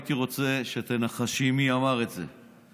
והייתי רוצה שתנחשי מי אמר את זה,